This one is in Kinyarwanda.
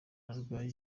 barwaye